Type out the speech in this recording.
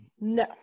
No